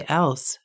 else